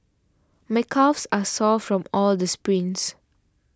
my calves are sore from all the sprints